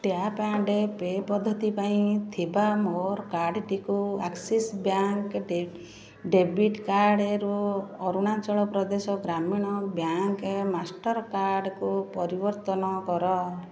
tap and pay ପଦ୍ଧତି ପାଇଁ ଥିବା ମୋର କାର୍ଡ଼ଟିକୁ ଆକ୍ସିସ୍ ବ୍ୟାଙ୍କ ଡେବିଟ୍ କାର୍ଡ଼ରୁ ଅରୁଣାଚଳପ୍ରଦେଶ ଗ୍ରାମୀଣ ବ୍ୟାଙ୍କ ମାଷ୍ଟର୍ କାର୍ଡ଼କୁ ପରିବର୍ତ୍ତନ କର